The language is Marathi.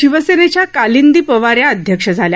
शिवसेनेच्या कालिंदी पवार या अध्यक्ष झाल्या